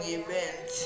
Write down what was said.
event